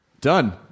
Done